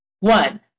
One